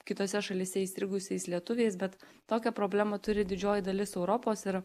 kitose šalyse įstrigusiais lietuviais bet tokia problema turi didžioji dalis europos ir